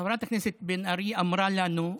חברת הכנסת בן ארי אמרה לנו: